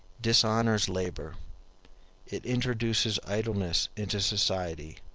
dishonors labor it introduces idleness into society,